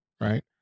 right